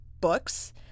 books